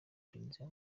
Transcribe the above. tunisia